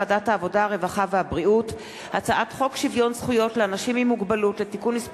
שנייה ולקריאה שלישית: הצעת חוק הבטחת הכנסה (תיקון מס'